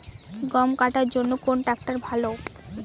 গম কাটার জন্যে কোন ট্র্যাক্টর ভালো?